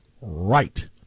Right